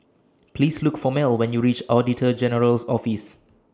Please Look For Mel when YOU REACH Auditor General's Office